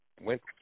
went